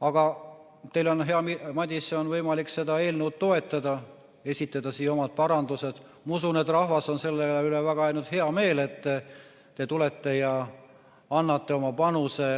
Aga teil, hea Madis, on võimalik seda eelnõu toetada ja esitada siia ka oma parandused. Ma usun, et rahval on selle üle ainult hea meel, et te tulete ja annate oma panuse